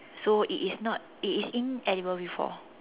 so it is not it is inedible before